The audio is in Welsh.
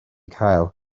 cael